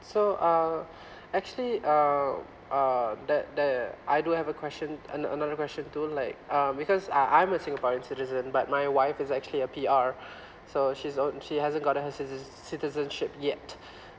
so uh actually uh uh that that I do have a question an~ another question to like um because uh I'm a singaporean citizen but my wife is actually a P_R so she's on~ she hasn't got her citi~ citizenship yet